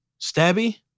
stabby